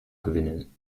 gewinnen